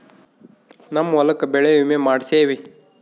ನಮ್ ಹೊಲಕ ಬೆಳೆ ವಿಮೆ ಮಾಡ್ಸೇವಿ